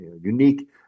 unique